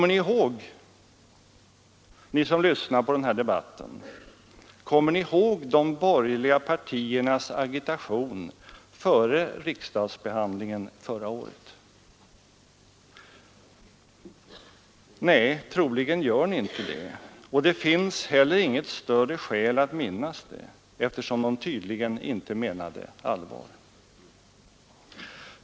Ni som lyssnar på den här debatten kommer ni ihåg de borgerliga partiernas agitation före riksdagsbehandlingen förra året? Nej, troligen gör ni det inte, och det finns heller inget större skäl att minnas den, eftersom de tydligen inte menade allvar.